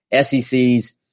SECs